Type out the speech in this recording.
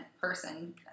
person